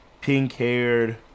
pink-haired